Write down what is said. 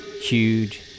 Huge